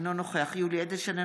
אינו נוכח יולי יואל אדלשטיין,